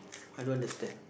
I don't understand